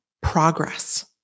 progress